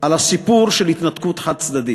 על הסיפור של התנתקות חד-צדדית.